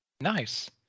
Nice